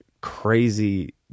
crazy